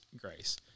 grace